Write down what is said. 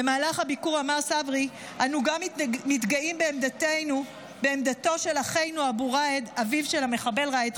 במהלך הביקור אמר צברי: "אנו מתגאים בעמדתו של אחינו אבו ראאד,